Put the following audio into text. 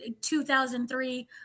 2003